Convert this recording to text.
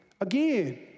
Again